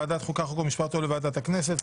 לוועדת החוקה חוק ומשפט או לוועדת הכנסת.